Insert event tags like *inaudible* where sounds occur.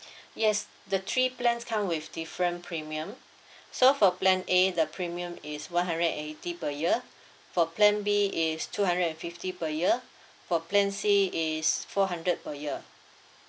*breath* yes the three plans come with different premium *breath* so for plan A the premium is one hundred and eighty per year for plan B is two hundred and fifty per year for plan C is four hundred per year